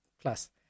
plus